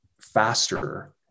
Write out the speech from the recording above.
faster